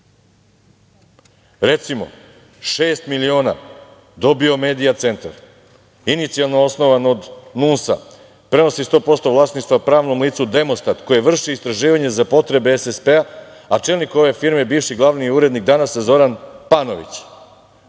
recimo šest miliona dobio Medija centar, inicijalno osnovan od NUNS-a, prenosi 100% vlasništva pravnom licu „Demostat“ koje vrši istraživanje za potrebe SSP, a čelnik ove firme je bivši glavni urednik „Danas“ Zoran Panović,